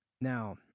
Now